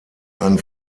ein